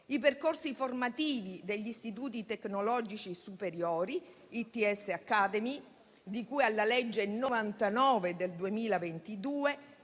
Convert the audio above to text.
i percorsi formativi degli istituti tecnologici superiori, ITS Academy, di cui alla legge n. 99 del 2022;